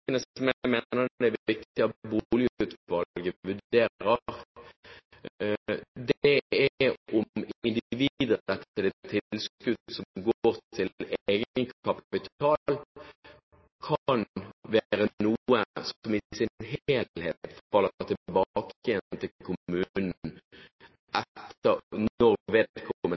viktig at Boligutvalget vurderer, er om individrettede tilskudd som går til egenkapital, kan være noe som i sin helhet går tilbake til kommunen når